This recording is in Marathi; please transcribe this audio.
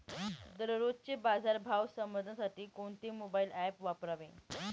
दररोजचे बाजार भाव समजण्यासाठी कोणते मोबाईल ॲप वापरावे?